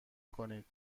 کنید